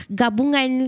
gabungan